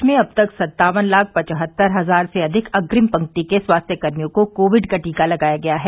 देश में अब तक सत्तावन लाख पचहत्तर हजार से अधिक अग्रिम पंक्ति के स्वास्थ्य कर्मचारियों को कोविड का टीका लगाया गया है